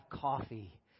coffee